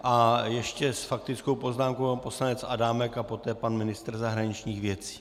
A ještě s faktickou poznámkou pan poslanec Adámek a poté pan ministr zahraničních věcí.